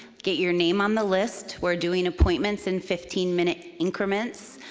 get your name on the list. we're doing appointments in fifteen minute increments.